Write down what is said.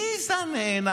מי זה הנהנה?